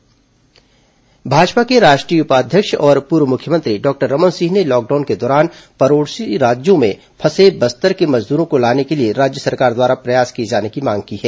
corona पूर्व मुख्यमंत्री पीसी भाजपा के राष्ट्रीय उपाध्यक्ष और पूर्व मुख्यमंत्री डॉक्टर रमन सिंह ने लॉकडाउन के दौरान पड़ोसी राज्यों में फंसे बस्तर के मजदूरों को लाने के लिए राज्य सरकार द्वारा प्रयास किए जाने की मांग की है